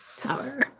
power